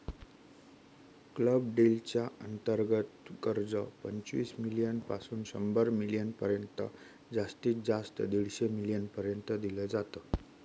club deal च्या अंतर्गत कर्ज, पंचवीस मिलीयन पासून शंभर मिलीयन पर्यंत जास्तीत जास्त दीडशे मिलीयन पर्यंत दिल जात